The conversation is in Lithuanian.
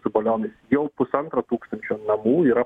su balionais jau pusantro tūkstančio namų yra